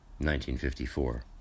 1954